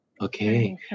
Okay